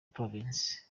province